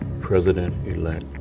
president-elect